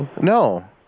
No